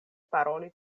paroli